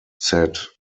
said